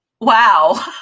wow